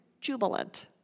jubilant